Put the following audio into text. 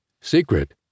secret